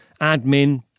admin